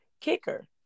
kicker